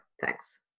thanks